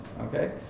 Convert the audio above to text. okay